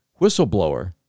Whistleblower